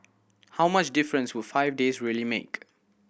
how much difference would five days really make